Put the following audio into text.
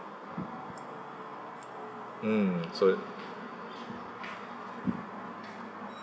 mm so